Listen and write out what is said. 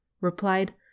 replied